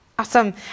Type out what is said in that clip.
Awesome